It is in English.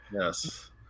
Yes